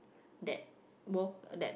that world that